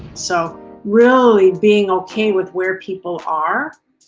so really being okay with where people are,